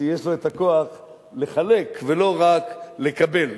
שיש לו את הכוח לחלק ולא רק לקבל,